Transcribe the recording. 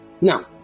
Now